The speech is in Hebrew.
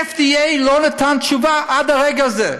ה-FDA לא נתן תשובה עד הרגע הזה,